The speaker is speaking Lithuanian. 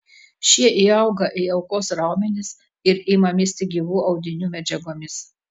šie įauga į aukos raumenis ir ima misti gyvų audinių medžiagomis